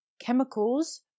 chemicals